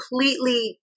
completely